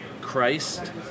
Christ